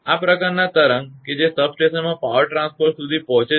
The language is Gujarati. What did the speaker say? આ પ્રકારના તરંગ કે જે સબસ્ટેશનમાં પાવર ટ્રાન્સફોર્મર સુધી પહોંચે છે